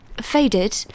Faded